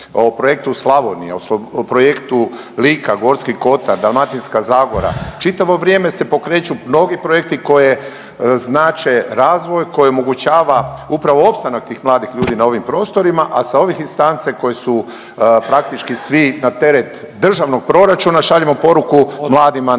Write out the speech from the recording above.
o projektu Slavonija, o projektu Lika, Gorski kotar, Dalmatinska zagora čitavo vrijeme se pokreću mnogi projekti koji znače razvoj, koje omogućava upravo opstanak tih mladih ljudi na ovim prostorima, a sa ovih instance koji su praktički svi na teret državnog proračuna šaljemo poruku mladima nek